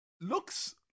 looks